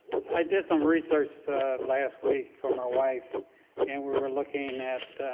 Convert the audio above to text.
i did some research last week for my wife and we were looking at,